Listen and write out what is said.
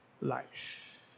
life